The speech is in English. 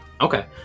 Okay